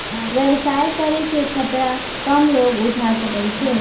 व्यवसाय करे के खतरा कम लोग उठा सकै छै